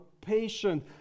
patient